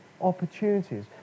opportunities